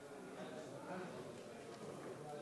חוק ומשפט להכנתה לקריאה שנייה וקריאה שלישית.